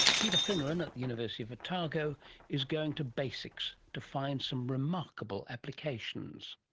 peter fineran at the university of otago is going to basics to find some remarkable applications.